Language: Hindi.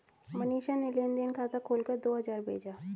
मनीषा ने लेन देन खाता खोलकर दो हजार भेजा